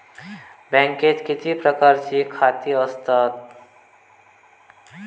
बँकेत किती प्रकारची खाती असतत?